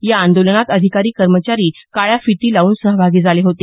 या आंदोलनात अधिकारी कर्मचारी काळ्या फिती लावून सहभागी झाले होते